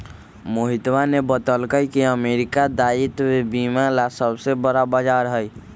मोहितवा ने बतल कई की अमेरिका दायित्व बीमा ला सबसे बड़ा बाजार हई